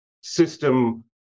system